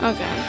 Okay